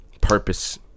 purpose